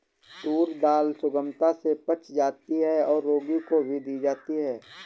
tour दाल सुगमता से पच जाती है और रोगी को भी दी जाती है